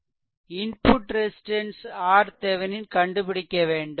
input resistance RThevenin கண்டுபிடிக்க வேண்டும்